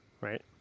right